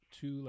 two